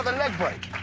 leg break.